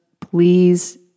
please